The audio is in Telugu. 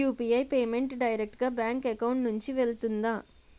యు.పి.ఐ పేమెంట్ డైరెక్ట్ గా బ్యాంక్ అకౌంట్ నుంచి వెళ్తుందా?